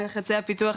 על לחצי הפיתוח,